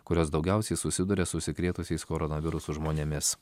kurios daugiausiai susiduria su užsikrėtusiais koronavirusu žmonėmis